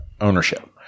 Ownership